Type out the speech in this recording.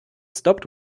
stopped